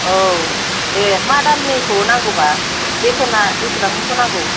औ दे मा दामनिखौ नांगौबा बेसेना बेसेबांनिखौ नांगौ